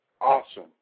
awesome